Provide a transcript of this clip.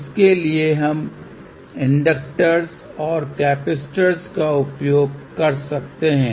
इसके लिये हम इंडक्टर्स और कैपेसिटर का उपयोग कर सकते हैं